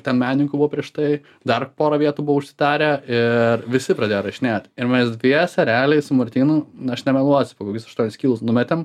ten meninkų buvo prieš tai dar pora vietų buvo užsidarę ir visi pradėjo rašinėt ir mes dviese realiai su martynu na aš nemeluosiu po kokius aštuonis kilus numetėm